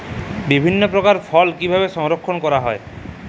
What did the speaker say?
বিভিন্ন প্রকার ফল কিভাবে সংরক্ষণ করা হয়?